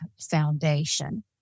foundation